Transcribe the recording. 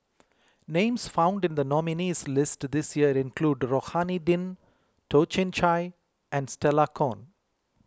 names found in the nominees' list this year include Rohani Din Toh Chin Chye and Stella Kon